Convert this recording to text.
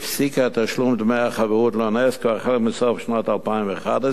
הפסיקה את תשלום דמי החברות לאונסק"ו החל מסוף שנת 2011,